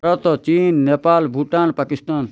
ଭାରତ ଚୀନ୍ ନେପାଳ ଭୂଟାନ ପାକିସ୍ତାନ